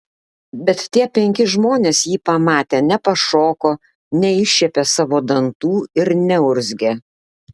bet tie penki žmonės jį pamatę nepašoko neiššiepė savo dantų ir neurzgė